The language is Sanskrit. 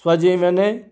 स्वजीवने